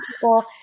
people